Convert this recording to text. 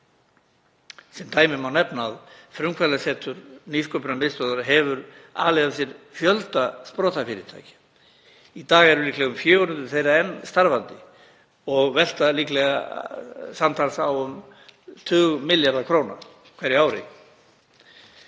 Sem dæmi má nefna að frumkvöðlasetur Nýsköpunarmiðstöðvar hefur alið af sér fjölda sprotafyrirtækja. Í dag eru líklega um 400 þeirra enn starfandi og velta líklega samtals tugmilljörðum króna á hverju ári.